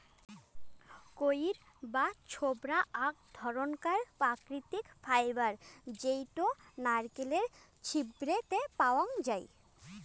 কইর বা ছোবড়া আক ধরণকার প্রাকৃতিক ফাইবার জেইতো নারকেলের ছিবড়ে তে পাওয়াঙ যাই